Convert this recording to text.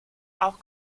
auch